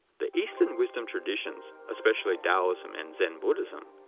the eastern wisdom traditions, especially taoism and zen buddhism,